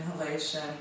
inhalation